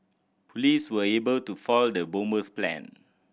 police were able to foil the bomber's plan